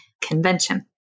convention